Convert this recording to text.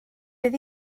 beth